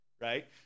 Right